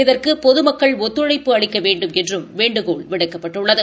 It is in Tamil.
இதற்கு பொதுமக்கள் ஒத்துழைப்பு அளிக்க வேண்டுமென்றும் வேண்டுகோள் விடுக்கப்பட்டுள்ளது